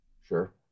Sure